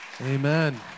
Amen